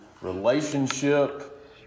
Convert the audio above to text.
relationship